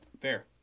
Fair